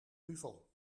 duvel